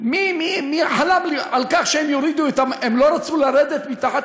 מי חלם על כך שהם יורידו, הם לא רצו לרדת מתחת